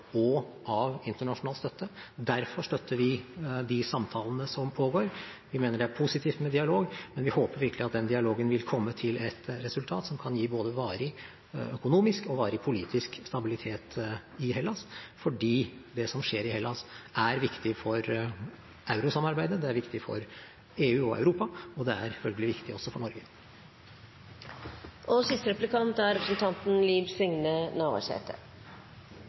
og av internasjonal støtte. Derfor støtter vi de samtalene som pågår. Vi mener det er positivt med dialog, men vi håper virkelig at den dialogen vil føre til et resultat som kan gi både varig økonomisk stabilitet og varig politisk stabilitet i Hellas, for det som skjer i Hellas, er viktig for eurosamarbeidet, det er viktig for EU og Europa, og det er følgelig viktig også for Norge. I EU-kommisjonen sitt framlegg til 2016-budsjett, framlagt i år, er